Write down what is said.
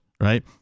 right